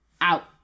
out